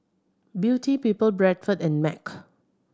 Beauty People Bradford and MAG